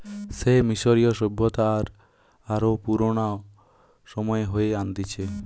সে মিশরীয় সভ্যতা আর আরো পুরানো সময়ে হয়ে আনতিছে